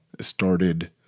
started